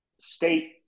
state